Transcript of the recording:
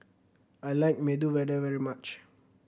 I like Medu Vada very much